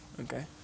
Okay